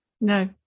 No